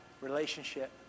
relationship